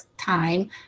time